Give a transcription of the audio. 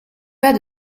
pas